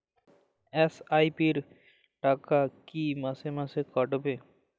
SIP র টাকা কী মাসে মাসে কাটবে?